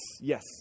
yes